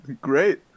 Great